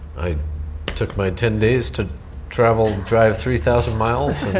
i took my ten days to travel, drive three thousand miles and